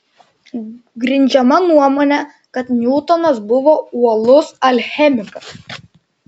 grindžiama nuomone kad niutonas buvo uolus alchemikas